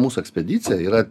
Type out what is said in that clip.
mūsų ekspedicija yra